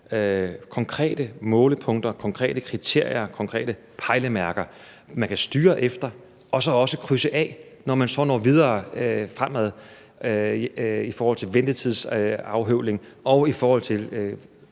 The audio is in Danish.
konkrete målepunkter, konkrete kriterier, konkrete pejlemærker, som man kan styre efter og så også krydse af, når man så når videre fremad i forhold til ventetidsafhøvling, og i forhold til